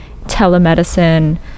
telemedicine